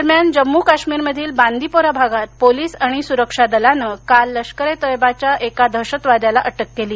दरम्यान जम्मू काश्मीरमधील बांदीपोरा भागात पोलीस आणि सुरक्षा दलानं काल लष्कर ए तोयबाच्या एका दहशतवाद्याला अटक केली